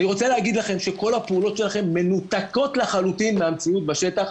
אני רוצה להגיד לכם שכל הפעולות שלכם מנותקות לחלוטין מהמציאות בשטח.